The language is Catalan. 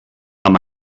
amb